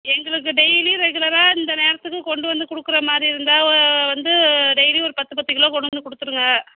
எங்களுக்கு டெய்லியும் ரெகுலராக இந்த நேரத்துக்கு கொண்டு வந்து கொடுக்கற மாதிரி இருந்தால் ஒ வந்து டெய்லியும் ஒரு பத்து பத்து கிலோ கொண்டு வந்து கொடுத்துடுங்க